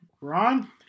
Ron